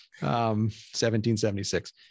1776